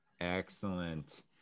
Excellent